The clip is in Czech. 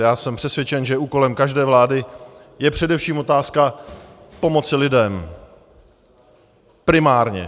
Já jsem přesvědčen, že úkolem každé vlády je především otázka pomoci lidem primárně.